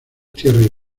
tierras